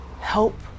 help